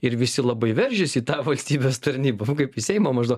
ir visi labai veržiasi į tą valstybės tarnybą va kaip į seimą maždaug